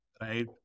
Right